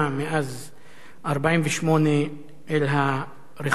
1948 אל הרכוש הפלסטיני,